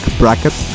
bracket